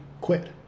quit